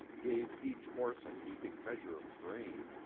gave each horse a heaping measure of grain,